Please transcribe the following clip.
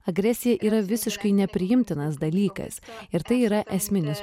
agresija yra visiškai nepriimtinas dalykas ir tai yra esminis